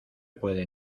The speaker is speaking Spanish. puede